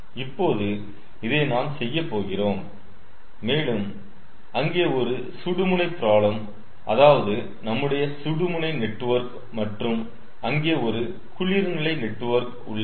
இப்போது இதை நாம் செய்யப் போகிறோம் மேலும் அங்கே ஒரு சுடுமுனை ப்ராப்ளம் அதாவது நம்முடைய சுடுமுனை நெட்வொர்க் மற்றும் அங்கே ஒரு குளிர் நிலை நெட்வொர்க் உள்ளன